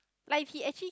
like he actually